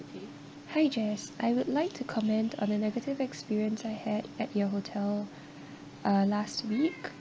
hi jess I would like to comment on the negative experience I had at your hotel uh last week